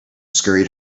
scurried